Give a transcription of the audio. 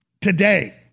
today